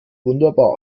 wunderbar